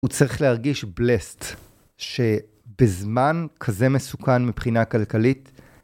הוא צריך להרגיש מבורך שבזמן כזה מסוכן מבחינה כלכלית.